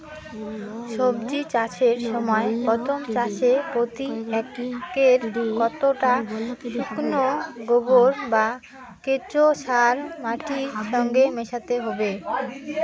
সবজি চাষের সময় প্রথম চাষে প্রতি একরে কতটা শুকনো গোবর বা কেঁচো সার মাটির সঙ্গে মেশাতে হবে?